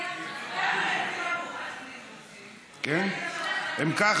אם כך,